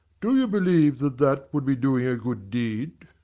do you believe that that would be doing a good deed?